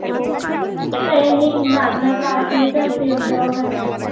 ও তা এই নিন আপনার পাঁচ লিটার তেল দেওয়া হয়ে গেছে